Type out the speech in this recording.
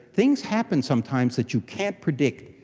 things happen sometimes that you can't predict.